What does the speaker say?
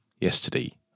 yesterday